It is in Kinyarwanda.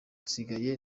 nsigaye